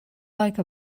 like